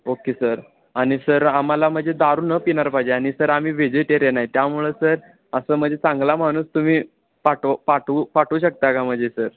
okay sir आणि sir आम्हाला म्हणजे दारू न पिणार पाहिजे आणि सर आम्ही वेजिटेरियन आहे त्यामुळं सर असं म्हणजे चांगला माणूस तुम्ही पाठव पाठवू पाठवू शकता का म्हणजे सर